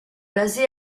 basé